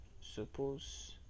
suppose